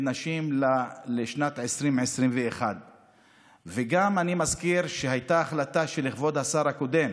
נשים לשנת 2021. אני מזכיר גם שהייתה החלטה של כבוד השר הקודם,